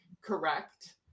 correct